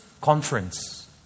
conference